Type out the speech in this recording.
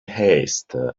haste